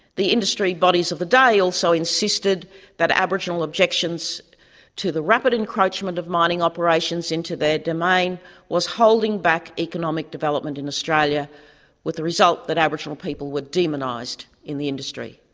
the industry bodies of the day also insisted that aboriginal objections to the rapid encroachment of mining operations into their domain was holding back economic development in australia with the result that aboriginal people were demonised in the industry.